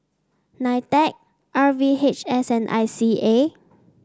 Nitec R V H S and I C A